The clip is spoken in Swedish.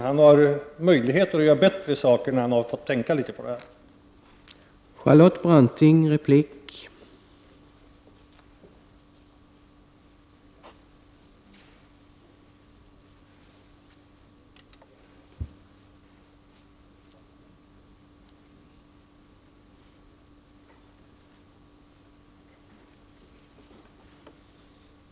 Han har möjlighet att göra bättre saker när han har fått tänka över det hela litet.